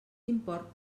import